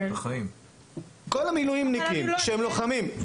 כל המילואימניקים שהם לוחמים,